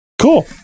Cool